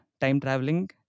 time-traveling